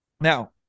Now